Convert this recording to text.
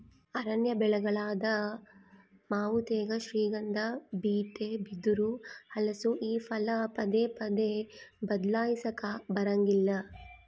ಅರಣ್ಯ ಬೆಳೆಗಳಾದ ಮಾವು ತೇಗ, ಶ್ರೀಗಂಧ, ಬೀಟೆ, ಬಿದಿರು, ಹಲಸು ಈ ಫಲ ಪದೇ ಪದೇ ಬದ್ಲಾಯಿಸಾಕಾ ಬರಂಗಿಲ್ಲ